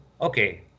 okay